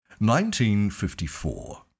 1954